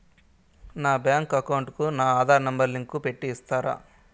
నా bank account కు నా ఆధార్ నెంబర్ లింకు పెట్టి ఇస్తారా?